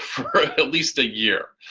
for at least a year,